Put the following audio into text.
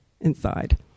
inside